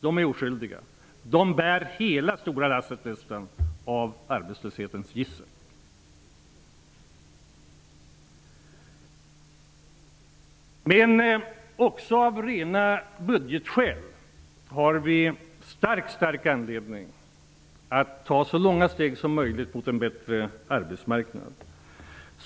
De är oskyldiga. De bär dessutom hela stora lasset av arbetslöshetens gissel. Men vi har också av rena budgetskäl en mycket stor anledning att ta så långa steg som möjligt mot en bättre arbetsmarknad.